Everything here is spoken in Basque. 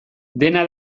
dena